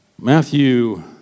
Matthew